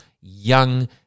young